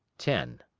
ten.